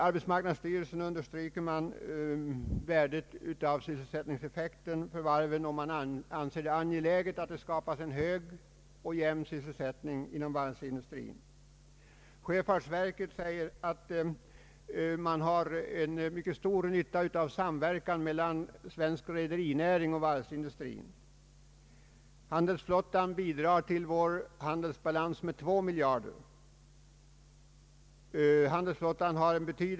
Arbetsmarknadsstyrelsen understryker värdet av sysselsättningseffekten för varven och anser det angeläget att man skapar en hög och jämn sysselsätt ning inom varvsindustrin. Sjöfartsverket uttalar att man har en mycket stor nytta av samverkan mellan svensk rederinäring och varvsindustrin. Handelsflottan bidrar till vår handelsbalans med två miljarder kronor per år.